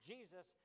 Jesus